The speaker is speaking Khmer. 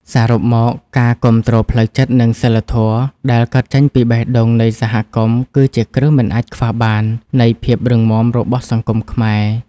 សរុបមក ការគាំទ្រផ្លូវចិត្ត និងសីលធម៌ដែលកើតចេញពីបេះដូងនៃសហគមន៍ គឺជាគ្រឹះមិនអាចខ្វះបាននៃភាពរឹងមាំរបស់សង្គមខ្មែរ។